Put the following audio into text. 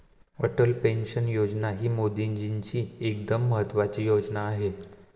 Atal pension योजना ही मोदीजींची एकदम महत्त्वाची योजना आहे